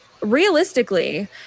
realistically